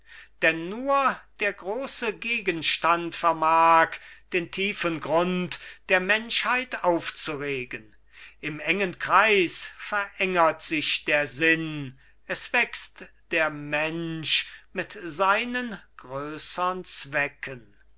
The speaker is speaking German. denn nur der große gegenstand vermag den tiefen grund der menschheit aufzuregen im engen kreis verengert sich der sinn es wächst der mensch mit seinen größern zwecken